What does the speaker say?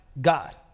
God